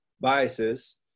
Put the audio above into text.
biases